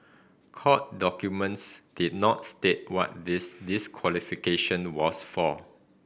court documents did not state what this disqualification was for